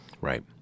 Right